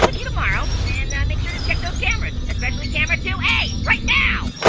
ah um like sure to check those cameras, especially camera two a, right now.